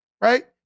right